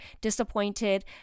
disappointed